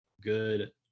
good